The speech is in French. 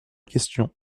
question